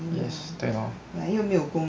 yes 对 lor